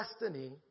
destiny